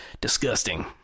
Disgusting